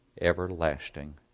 everlasting